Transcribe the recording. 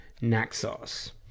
naxos